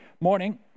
Morning